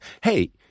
hey